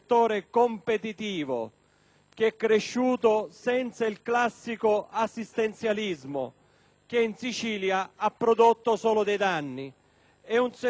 cresciuto senza il classico assistenzialismo che in Sicilia ha prodotto soltanto danni. È un settore innovativo